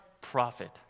profit